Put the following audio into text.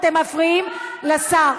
אתם מפריעים לשר.